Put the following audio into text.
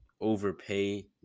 overpay